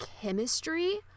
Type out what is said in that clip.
chemistry